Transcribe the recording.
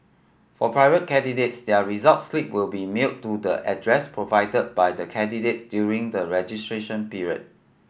for private candidates their result slip will be mailed to the address provided by the candidates during the registration period